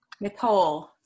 nicole